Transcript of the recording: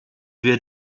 wir